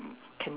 can